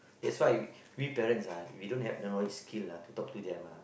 that's why we parents ah we don't have the knowledge skill ah to talk to them ah